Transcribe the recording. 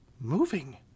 Moving